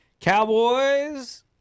Cowboys